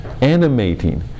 animating